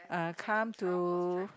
uh come to